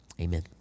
Amen